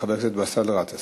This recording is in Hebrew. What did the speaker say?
חבר הכנסת באסל גטאס.